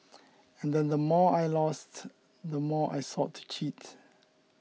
and then the more I lost the more I sought to cheat